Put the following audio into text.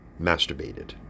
masturbated